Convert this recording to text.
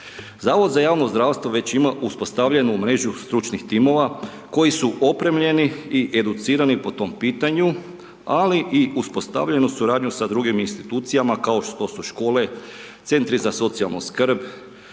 Zavod za javno zdravstvo već ima uspostavljenu mrežu stručnih timova koji su opremljeni i educirani po tom pitanju ali i uspostavljenu suradnju sa drugim institucijama kao što su škole, CZSS-i, sudstvo,